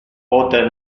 pote